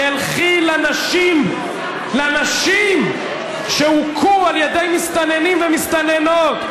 תלכי לנשים, לנשים שהוכו על ידי מסתננים ומסתננות.